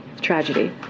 tragedy